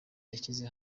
yashyize